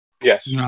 Yes